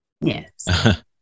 Yes